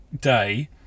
day